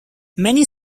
many